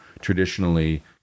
traditionally